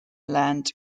land